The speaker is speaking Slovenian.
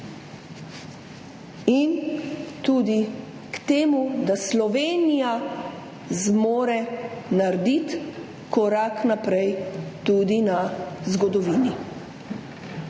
in tudi k temu, da Slovenija zmore narediti korak naprej tudi na zgodovini.